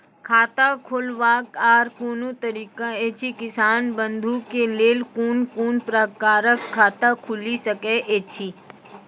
खाता खोलवाक आर कूनू तरीका ऐछि, किसान बंधु के लेल कून कून प्रकारक खाता खूलि सकैत ऐछि?